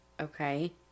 Okay